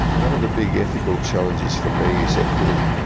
one of the big ethical challenges for me is equity.